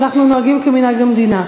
ואנחנו נוהגים כמנהג המדינה.